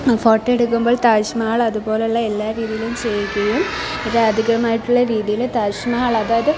photo എടുക്കുമ്പോൾ താജ്മഹൽ അതുപോലുള്ള എല്ലാ രീതിയിലും ചെയ്യുകയും അത് അധികമായിട്ടുള്ള രീതിയിൽ താജ്മഹൽ അതായത്